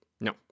No